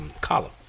column